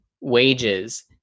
wages